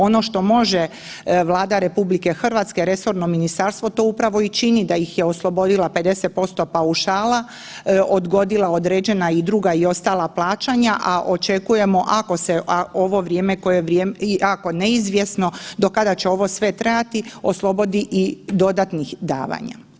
Ono što može Vlada RH, resorno ministarstvo to upravo i čini, da ih je oslobodila 50% paušala, odgodila određena i druga i ostala plaćanja, a očekujemo ako se ovo vrijeme iako neizvjesno do kada će ovo sve trajati, oslobodi i dodatnih davanja.